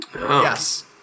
Yes